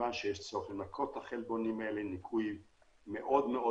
מכיוון שיש צורך לנקות את החלבונים האלה ניקוי מאוד מאוד